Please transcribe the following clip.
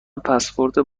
پسورد